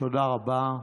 תודה רבה.